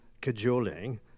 cajoling